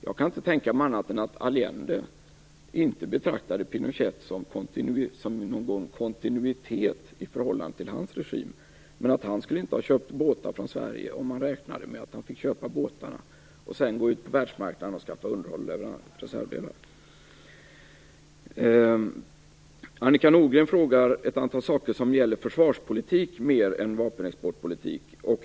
Jag kan inte tänka mig annat än att Allende inte betraktade Pinochet som någon kontinuitet i förhållande till hans regim men att han inte skulle ha köpt båtar från Sverige om han hade räknat med att han fick köpa båtarna och sedan gå ut på världsmarknaden och skaffa underhåll och reservdelar. Annika Nordgren ställde ett antal frågor som mer gällde försvarspolitik än vapenexportpolitik.